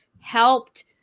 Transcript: helped